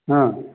ହଁ